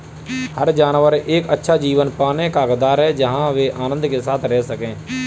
हर जानवर एक अच्छा जीवन पाने का हकदार है जहां वे आनंद के साथ रह सके